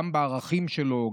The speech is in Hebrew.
גם בערכים שלו,